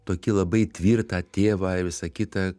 tokį labai tvirtą tėvą ir visa kita